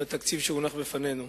על התקציב שמונח לפנינו,